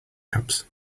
cups